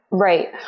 Right